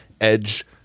Edge